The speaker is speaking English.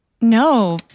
No